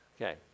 Okay